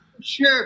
sure